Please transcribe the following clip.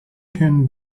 can